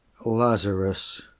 Lazarus